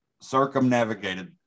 circumnavigated